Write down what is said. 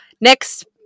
next